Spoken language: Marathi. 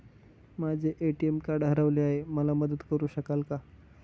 माझे ए.टी.एम कार्ड हरवले आहे, मला मदत करु शकाल का?